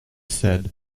said